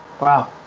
Wow